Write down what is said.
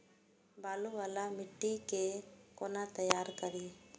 बालू वाला मिट्टी के कोना तैयार करी?